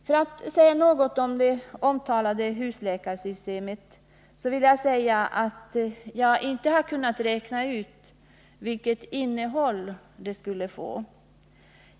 För att säga något om det mycket omtalade husläkarsystemet vill jag framhålla att jag inte har kunnat räkna ut vilket innehåll det skulle få.